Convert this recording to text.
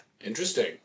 Interesting